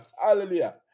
Hallelujah